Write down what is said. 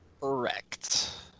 Correct